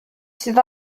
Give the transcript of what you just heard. sydd